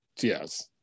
Yes